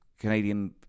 Canadian